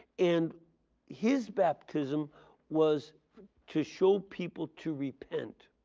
and his baptism was to show people to repent.